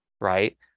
Right